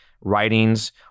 writings